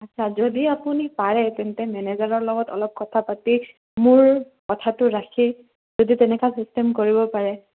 আচ্ছা যদি আপুনি পাৰে তেন্তে মেনেজাৰৰ লগত অলপ কথা পাতি মোৰ কথাটো ৰাখি যদি তেনেকুৱা চিষ্টেম কৰিব পাৰে